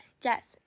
Yes